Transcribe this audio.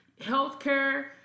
healthcare